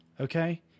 okay